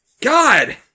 God